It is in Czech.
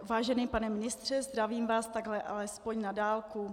Vážený pane ministře, zdravím vás takhle alespoň na dálku.